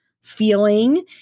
feeling